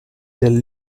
del